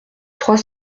trois